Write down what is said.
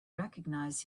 recognize